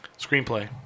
Screenplay